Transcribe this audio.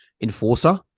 enforcer